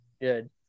Good